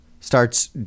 starts